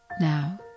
Now